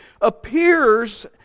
appears